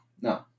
no